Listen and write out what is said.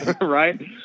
Right